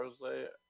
Thursday